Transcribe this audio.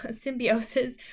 symbiosis